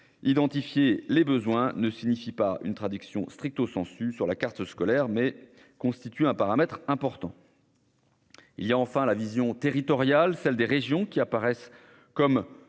Identifier les besoins ne signifie pas les traduire sur la carte scolaire, mais il s'agit bien d'un paramètre important. Il y a enfin la vision territoriale, celle des régions, qui apparaissent, me